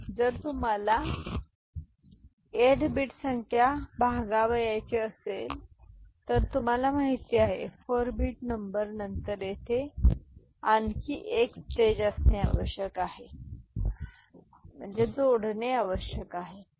जर तुम्हाला 8 बिट संख्या भागवावयाची असेल तर तुम्हाला माहिती आहे 4 बिट नंबर नंतर येथे आणखी 1स्टेज असणे आवश्यक आहे जोडणे आवश्यक आहे ठीक आहे